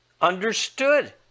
understood